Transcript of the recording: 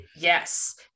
Yes